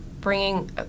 bringing